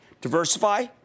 Diversify